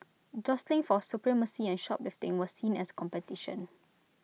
jostling for supremacy and shoplifting was seen as competition